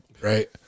right